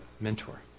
mentor